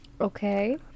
Okay